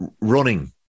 running